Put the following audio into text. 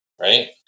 Right